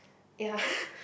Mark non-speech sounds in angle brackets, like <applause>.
ya <breath>